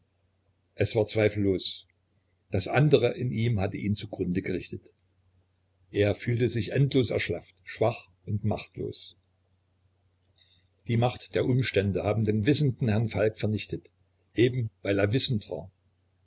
es war zweifellos das andere in ihm hatte ihn zu grunde gerichtet er fühlte sich endlos erschlafft schwach und machtlos die macht der umstände haben den wissenden herrn falk vernichtet eben weil er wissend war